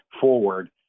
forward